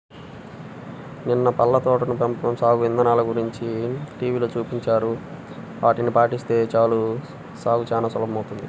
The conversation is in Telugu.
నిన్న పళ్ళ తోటల పెంపకం సాగు ఇదానల గురించి టీవీలో చూపించారు, ఆటిని పాటిస్తే చాలు సాగు చానా సులభమౌతది